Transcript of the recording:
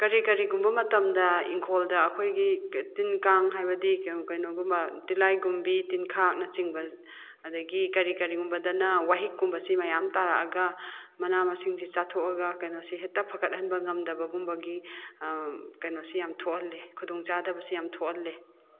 ꯀꯔꯤ ꯀꯔꯤꯒꯨꯝꯕ ꯃꯇꯝꯗ ꯏꯪꯈꯣꯜꯗ ꯑꯩꯈꯣꯏꯒꯤ ꯇꯤꯟ ꯀꯥꯡ ꯍꯥꯏꯕꯗꯤ ꯀꯩꯅꯣꯒꯨꯝꯕ ꯇꯤꯂꯥꯏꯈꯣꯝꯕꯤ ꯇꯤꯟꯈꯥꯛꯅ ꯆꯤꯡꯕ ꯑꯗꯒꯤ ꯀꯔꯤ ꯀꯔꯤꯒꯨꯝꯕꯗꯅ ꯋꯥꯍꯤꯛ ꯀꯨꯝꯕꯁꯤ ꯃꯌꯥꯝ ꯇꯥꯔꯛꯑꯒ ꯃꯅꯥ ꯃꯁꯤꯡꯁꯤ ꯆꯥꯊꯣꯛꯑꯒ ꯀꯩꯅꯣꯁꯤ ꯍꯦꯛꯇ ꯐꯥꯒꯠꯍꯟꯕ ꯉꯝꯗꯕꯒꯨꯝꯕꯒꯤ ꯀꯩꯅꯣꯁꯤ ꯌꯥꯝ ꯊꯣꯛꯍꯜꯂꯤ ꯈꯨꯗꯣꯡꯆꯥꯗꯕꯁꯤ ꯌꯥꯝ ꯊꯣꯛꯍꯜꯂꯤ